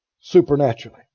Supernaturally